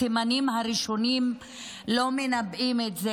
הסימנים הראשונים לא מנבאים את זה.